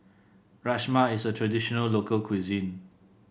rajma is a traditional local cuisine